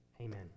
Amen